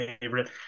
favorite